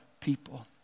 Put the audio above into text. people